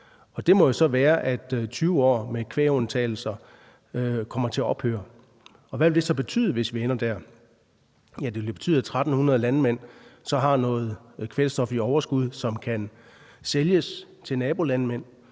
jo så være, at 20 år med kvægundtagelser kommer til at ophøre. Og hvad vil det så betyde, hvis vi ender der? Ja, det vil betyde, at 1.300 landmænd så har noget kvælstof i overskud, som kan sælges til nabolandmænd,